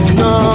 no